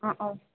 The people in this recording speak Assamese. অঁ অঁ